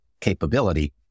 capability